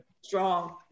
strong